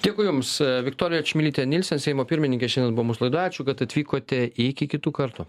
dėkui jums viktorija čmilytė nylsen seimo pirmininkė šiandien buvo mūsų laidoj ačiū kad atvykote iki kitų kartų